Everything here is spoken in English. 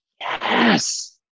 yes